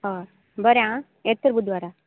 होय बरें आं येता बुधवारा